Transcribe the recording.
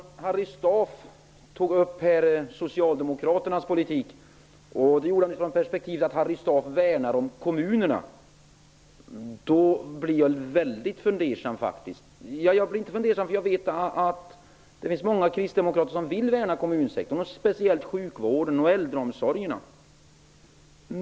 Fru talman! Harry Staaf tog upp Socialdemokraternas politik utifrån perspektivet att han värnar om kommunerna. Då blev jag faktiskt väldigt fundersam. Jag vet att det finns många kristdemokrater som vill värna om kommunsektorn, speciellt sjukvården och äldreomsorgen.